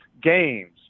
games